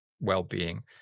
well-being